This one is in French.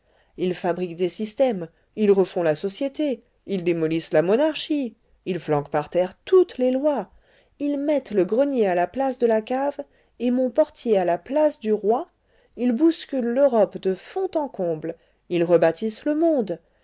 ils fabriquent des systèmes ils refont la société ils démolissent la monarchie ils flanquent par terre toutes les lois ils mettent le grenier à la place de la cave et mon portier à la place du roi ils bousculent l'europe de fond en comble ils rebâtissent le monde